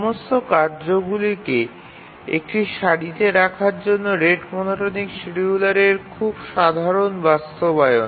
সমস্ত কাজগুলিকে একটি সারিতে রাখার জন্য রেট মনোটোনিক শিডিউলারের খুব সাধারণ বাস্তবায়ন